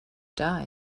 die